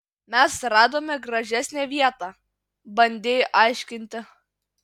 mes radome gražesnę vietą bandei aiškinti